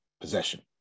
possession